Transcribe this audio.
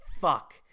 fuck